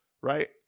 right